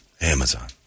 Amazon